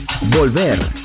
Volver